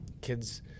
kids